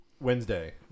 Wednesday